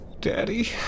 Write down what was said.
Daddy